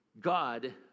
God